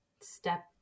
step